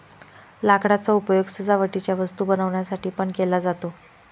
लाकडाचा उपयोग सजावटीच्या वस्तू बनवण्यासाठी पण केला जातो